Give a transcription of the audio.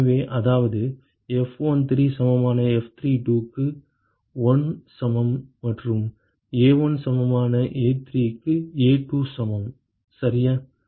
எனவே அதாவது F13 சமமான F32 க்கு 1 சமம் மற்றும் A1 சமமான A3 க்கு A2 சமம் சரியா